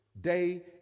day